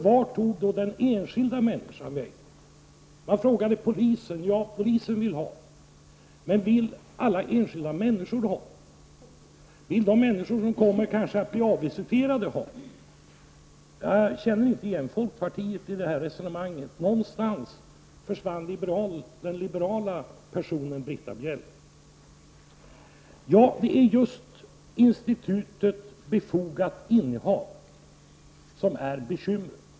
Man kan fråga sig vart den enskilda människans önskemål tog vägen. Polisen vill ha ett generellt förbud, men vill alla enskilda människor ha det? Vill de människor som kanske kan komma att bli avvisiterade ha ett förbud? Jag känner inte igen folkpartiet i detta resonemang. Liberalen Britta Bjelle försvann någonstans i resonemanget. Ja, det är just institutet ”befogat innehav” som är bekymret.